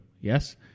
Yes